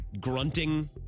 grunting